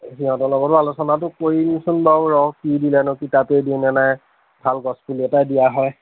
সিহঁতৰ লগতো আলোচনাটো কৰিম চোন বাৰু ৰ কি দিলেনো কিতাপেই কিনে নে নাই ভাল গছ পুলি এটা দিয়া হয়